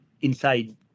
inside